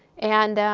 and